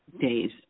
days